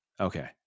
Okay